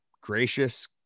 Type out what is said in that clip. gracious